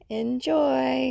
enjoy